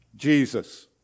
Jesus